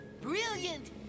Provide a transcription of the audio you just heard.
Brilliant